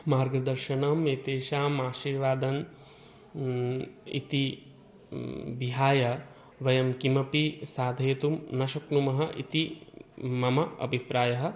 मार्गदर्शनम् एतेषाम् आशीर्वादम् इति विहाय वयं किमपि साधयितुं न शक्नुमः इति मम अभिप्रायः